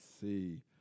see